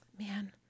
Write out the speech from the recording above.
man